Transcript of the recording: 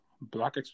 black